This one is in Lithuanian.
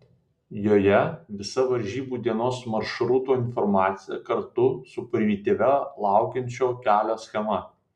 joje visa varžybų dienos maršruto informacija kartu su primityvia laukiančio kelio schema